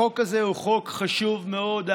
החוק הזה הוא חוק חשוב מאוד,